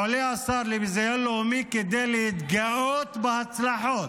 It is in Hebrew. עולה השר לביזיון לאומי כדי להתגאות בהצלחות.